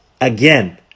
Again